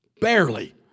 Barely